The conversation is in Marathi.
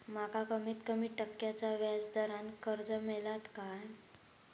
माका कमीत कमी टक्क्याच्या व्याज दरान कर्ज मेलात काय?